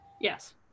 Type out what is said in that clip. Yes